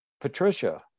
Patricia